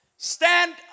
Stand